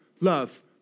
love